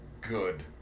good